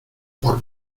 por